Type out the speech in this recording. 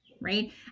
right